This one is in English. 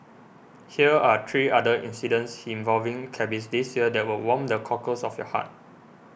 hear are three other incidents involving cabbies this year that will warm the cockles of your heart